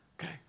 Okay